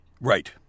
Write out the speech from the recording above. Right